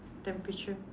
temperature